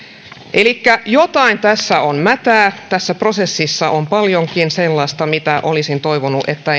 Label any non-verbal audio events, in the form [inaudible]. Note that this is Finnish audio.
elikkä jotain tässä on mätää tässä prosessissa on paljonkin sellaista mistä olisin toivonut että [unintelligible]